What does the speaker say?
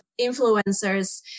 influencers